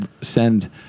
send